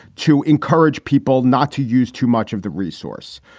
to encourage people not to use too much of the resource.